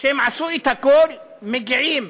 שהם עשו את הכול, מגיעים